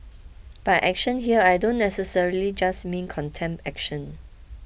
by action here I don't necessarily just mean contempt action